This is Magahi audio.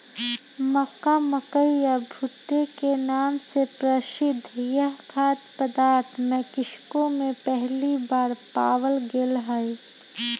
मक्का, मकई या भुट्टे के नाम से प्रसिद्ध यह खाद्य पदार्थ मेक्सिको में पहली बार पावाल गयले हल